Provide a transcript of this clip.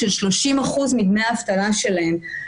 ב-30% מדמי האבטלה שלהם.